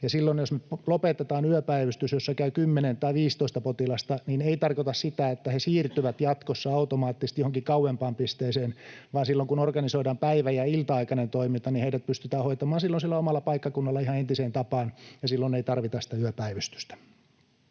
Ja jos nyt lopetetaan yöpäivystys, jossa käy 10 tai 15 potilasta, niin se ei tarkoita sitä, että he siirtyvät jatkossa automaattisesti johonkin kauempaan pisteeseen, vaan kun organisoidaan päivä- ja ilta-aikainen toiminta, niin heidät pystytään hoitamaan siellä omalla paikkakunnalla ihan entiseen tapaan, ja silloin ei tarvita sitä yöpäivystystä.